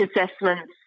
assessments